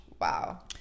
Wow